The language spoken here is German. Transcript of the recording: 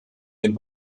den